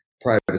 privacy